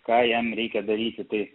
ką jam reikia daryti tai